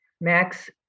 Max